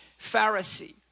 Pharisee